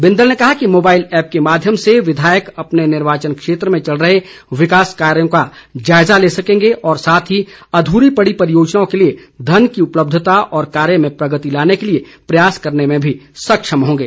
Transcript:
बिंदल ने कहा कि मोबाईल ऐप्प के माध्यम से विधायक अपने निर्वाचन क्षेत्र में चल रहे विकास कार्यों का जायजा ले सकेंगे और साथ ही अध्री पड़ी परियोजनाओं के लिए धन की उपलब्धता व कार्य में प्रगति लाने के लिए प्रयास करने में भी सक्षम होंगे